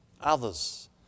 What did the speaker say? others